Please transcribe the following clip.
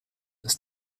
ist